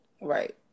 Right